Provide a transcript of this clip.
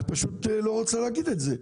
את פשוט לא רוצה להגיד את זה.